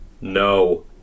No